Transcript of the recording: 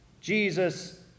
Jesus